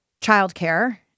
childcare